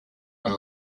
and